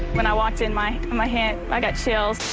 when i walked in, my my hand, i got chills.